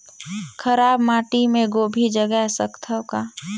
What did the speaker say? खराब माटी मे गोभी जगाय सकथव का?